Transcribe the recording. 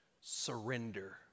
Surrender